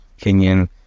Kenyan